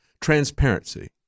transparency